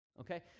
Okay